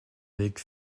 avec